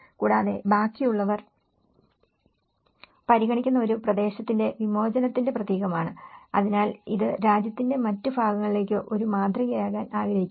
കൂടാതെ ബാക്കിയുള്ളവർ പരിഗണിക്കുന്ന ഒരു പ്രദേശത്തിന്റെ വിമോചനത്തിന്റെ പ്രതീകമാണ് അതിനാൽ ഇത് രാജ്യത്തിന്റെ മറ്റ് ഭാഗങ്ങൾക്ക് ഒരു മാതൃകയാകാൻ ആഗ്രഹിക്കുന്നു